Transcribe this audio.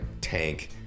tank